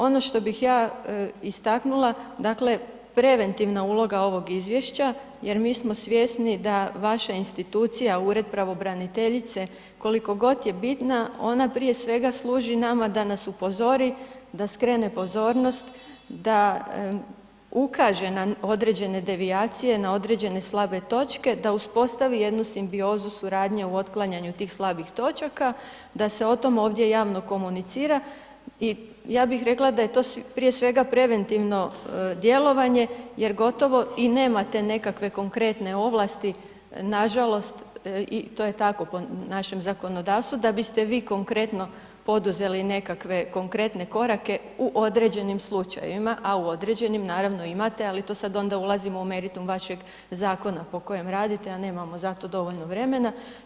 Ono što bih ja istaknula, dakle, preventivna uloga ovog izvješća jer mi smo svjesni da vaša institucija, Ured pravobraniteljice koliko god je bitna, ona prije svega služi nama da nas upozori, da skrene pozornost, da ukaže na određene devijacije na određene slabe točke, da uspostavi jednu simbiozu suradnje u otklanjanju tih slabih točaka, da se o tome, ovdje javno komunicira i ja bih rekla da je to prije svega preventivno djelovanje, jer gotovo i nemate te nekakve konkretne ovlasti, nažalost i to je tako po našem zakonodavstvu, da biste vi konkretno poduzeli nekakve konkretne korake, u određenim slučajeva, a u određenim naravno imate, a to sada onda ulazimo u meritum vašeg zakona po kojem radite, a nemamo za to dovoljno vremena.